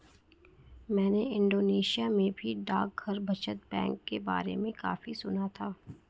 मैंने इंडोनेशिया में भी डाकघर बचत बैंक के बारे में काफी सुना था